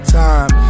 time